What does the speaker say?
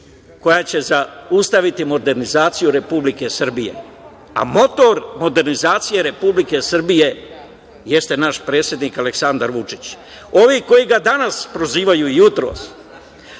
koja će zaustaviti modernizaciju Republike Srbije, a motor modernizacije Republike Srbije jeste naš predsednik Aleksandar Vučić. Ovi koji ga danas prozivaju, jutros,